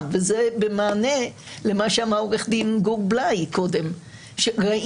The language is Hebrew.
וזה במענה למה שאמר עורך דין גור בליי קודם לכן.